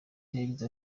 yagize